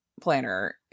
planner